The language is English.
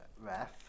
ref